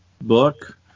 book